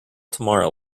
tomorrow